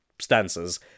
stances